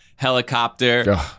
helicopter